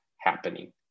happening